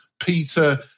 Peter